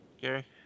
Gary